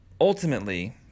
ultimately